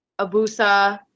Abusa